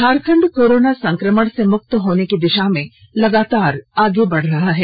Jharkhand corona संक्रमण से मुक्त होने की दिशा में लगातार आगे बढ़ रहा है